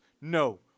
No